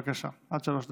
בבקשה, עד שלוש דקות.